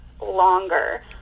longer